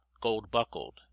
gold-buckled